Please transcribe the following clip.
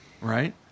Right